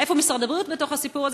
איפה משרד הבריאות בתוך הסיפור הזה,